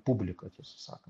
publika tiesą sakant